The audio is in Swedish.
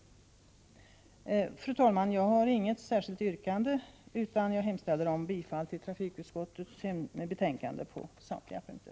Fru talman! Jag har inget särskilt yrkande, utan jag hemställer om bifall till trafikutskottets hemställan på samtliga punkter.